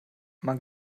man